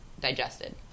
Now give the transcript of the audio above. digested